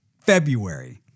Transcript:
February